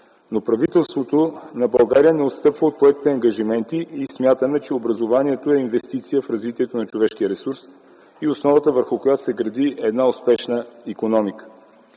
но правителството на България не отстъпва от поетите ангажименти и смятаме, че образованието е инвестиция в развитието на човешкия ресурс и основата, върху която се гради една успешна икономика.